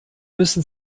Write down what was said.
müssen